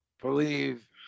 believe